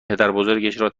تماشا